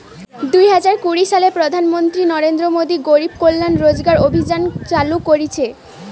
দুই হাজার কুড়ি সালে প্রধান মন্ত্রী নরেন্দ্র মোদী গরিব কল্যাণ রোজগার অভিযান চালু করিছে